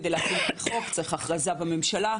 כדי להפעיל את החוק צריך הכרזה בממשלה,